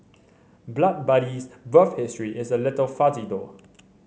Blood Buddy's birth history is a little fuzzy though